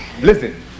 Listen